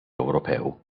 ewropew